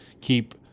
keep